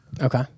Okay